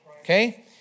Okay